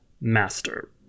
master